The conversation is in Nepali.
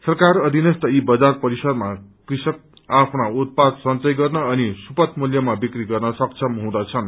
सरकार अधीनस्थ यी बजार परिसरमा कृषक आफ्ना उत्पाद संचय गर्न अनि सुपथ मूल्यमा विक्री गर्न सक्षम हुदँछन्